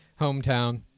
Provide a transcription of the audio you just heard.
hometown